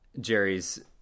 Jerry's